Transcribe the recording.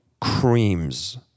creams